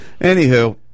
anywho